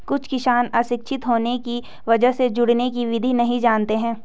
कुछ किसान अशिक्षित होने की वजह से जोड़ने की विधि नहीं जानते हैं